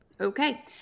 okay